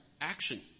action